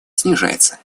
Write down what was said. снижается